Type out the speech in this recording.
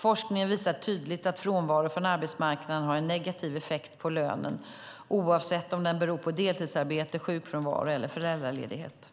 Forskning visar tydligt att frånvaro från arbetsmarknaden har en negativ effekt på lönen oavsett om den beror på deltidsarbete, sjukfrånvaro eller föräldraledighet.